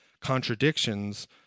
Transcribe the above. contradictions